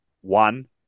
one